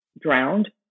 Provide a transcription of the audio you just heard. drowned